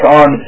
on